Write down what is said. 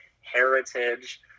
heritage